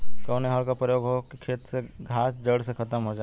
कवने हल क प्रयोग हो कि खेत से घास जड़ से खतम हो जाए?